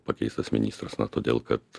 pakeistas ministras na todėl kad